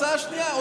ההצעה השנייה,